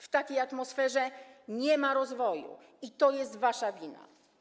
W takiej atmosferze nie ma rozwoju i to jest wasza wina.